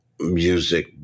music